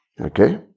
Okay